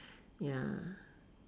ya